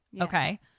Okay